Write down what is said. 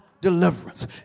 deliverance